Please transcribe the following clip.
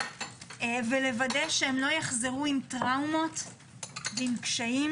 ולוודא שהם לא יחזרו עם טראומות ועם קשיים